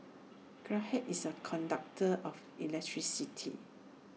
graphite is A conductor of electricity